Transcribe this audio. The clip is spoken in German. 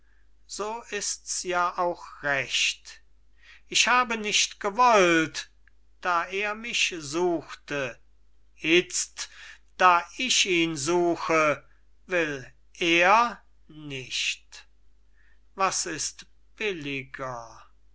so ists ja auch recht ich habe nicht gewollt da er mich suchte itzt da ich ihn suche will er nicht was ist billiger